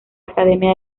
academia